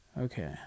Okay